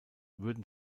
würden